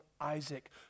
Isaac